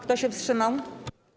Kto się wstrzymał?